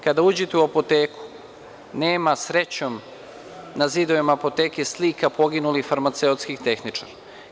Kada uđete u apoteku nema, srećom, na zidovima apoteke slika poginulih farmaceutskih tehničara.